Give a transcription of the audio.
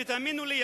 ותאמינו לי,